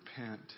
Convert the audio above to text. repent